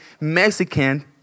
Mexican